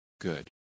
good